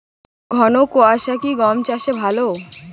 ঘন কোয়াশা কি গম চাষে ভালো?